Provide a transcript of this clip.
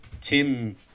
Tim